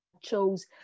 chose